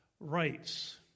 Rights